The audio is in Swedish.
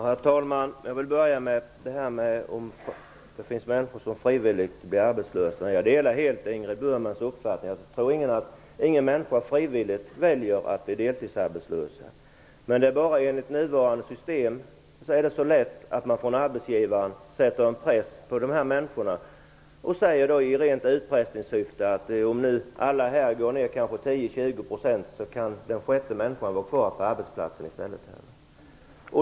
Herr talman! Låt mig börja med detta om det finns människor som frivilligt blir arbetslösa. Jag delar helt Ingrid Burmans uppfattning. Jag tror inte att någon människa frivilligt väljer att bli deltidsarbetslös. Men enligt nuvarande system är det så lätt för arbetsgivaren att sätta en press på dessa människor och i rent utpressningssyfte säga att om alla går ner 10-20 % kan den sjätte människan få vara kvar på arbetsplatsen.